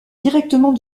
directement